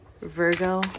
Virgo